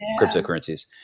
cryptocurrencies